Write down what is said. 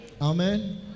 Amen